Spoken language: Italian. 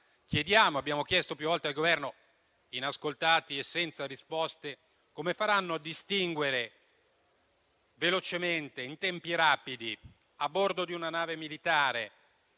di vista abbiamo chiesto più volte al Governo, inascoltati e senza risposte, come faranno velocemente, in tempi rapidi, a bordo di una nave militare,